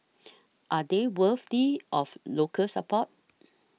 are they worthy of local support